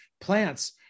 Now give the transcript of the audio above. plants